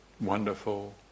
wonderful